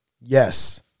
Yes